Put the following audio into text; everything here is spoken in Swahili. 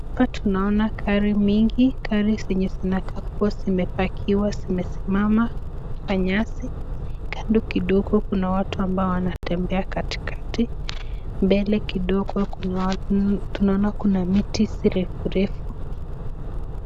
Tunaona gari mingi gari zenye zinakaa kuwa zimepakiwa zimesimama kwa nyasi, kando kidogo kuna watu ambao wanatembea katikati mbele kidogo tunaona kuna miti refu refu.